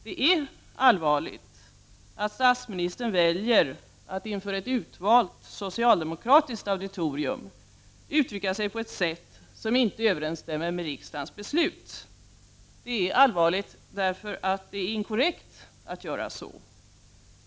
Det är allvarligt att statsministern väljer att inför ett utvalt socialdemokratiskt auditorium uttrycka sig på ett sätt som inte överenstämmer med riksdagens beslut. Det är allvarligt därför att det är inkorrekt att göra så.